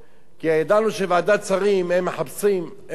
כי ידענו שוועדת שרים מחפשים, איך אומרים,